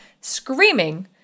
screaming